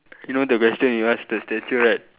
you know the question you ask the statue right